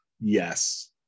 yes